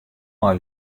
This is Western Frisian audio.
mei